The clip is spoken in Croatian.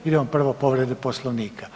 Idemo prvo povredu Poslovnika.